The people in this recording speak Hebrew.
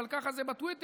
אבל ככה זה בטוויטר,